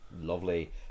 lovely